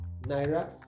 naira